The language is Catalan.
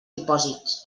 depòsits